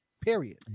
period